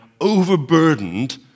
overburdened